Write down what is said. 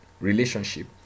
relationship